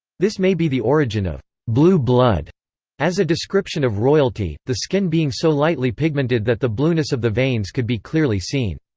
this may be the origin of blue blood as a description of royalty, the skin being so lightly pigmented that the blueness of the veins could be clearly seen.